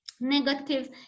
negative